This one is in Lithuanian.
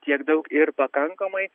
tiek daug ir pakankamai